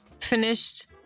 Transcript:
finished